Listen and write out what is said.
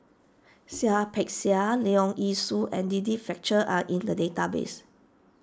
Seah Peck Seah Leong Yee Soo and Denise Fletcher are in the database